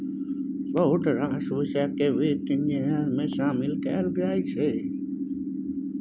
बहुत रास बिषय केँ बित्त इंजीनियरिंग मे शामिल कएल जाइ छै